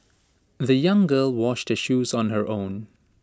the young girl washed her shoes on her own